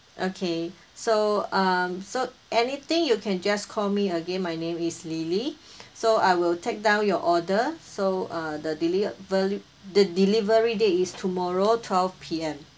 okay so um so anything you can just call me again my name is lily so I will take down your order so uh the deliver the delivery date is tomorrow twelve P_M